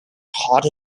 heart